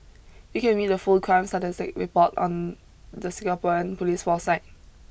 you can read the full crime statistics report on the Singapore police force site